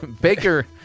Baker